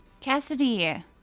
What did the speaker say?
Cassidy